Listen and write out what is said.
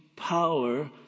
Power